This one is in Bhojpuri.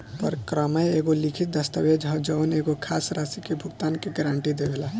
परक्रमय एगो लिखित दस्तावेज ह जवन एगो खास राशि के भुगतान के गारंटी देवेला